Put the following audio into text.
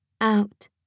out